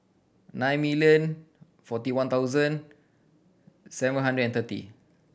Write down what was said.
nine million forty one thousand seven hundred and thirty